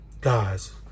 Guys